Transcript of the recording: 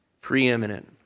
preeminent